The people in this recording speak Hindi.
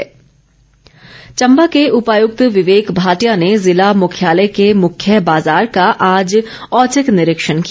चम्बा चम्बा के उपायुक्त विवेक भाटिया ने जिला मुख्यालय के मुख्य बाज़ार का आज औचक निरीक्षण किया